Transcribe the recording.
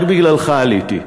רק בגללך עליתי.